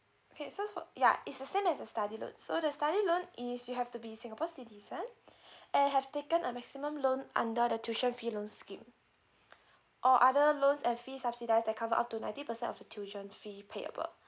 okay so for ya it's the same as a study loan so the study loan is you have to be singapore citizen and have taken a maximum loan under the tuition fee loan scheme or other loans and fees subsidies that cover up to ninety percent of the tuition fee payable